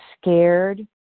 scared